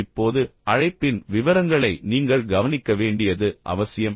இப்போது அழைப்பின் விவரங்களை நீங்கள் கவனிக்க வேண்டியது அவசியம்